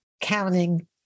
counting